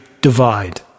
divide